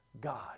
God